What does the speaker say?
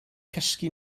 cysgu